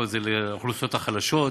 כל זה לאוכלוסיות החלשות,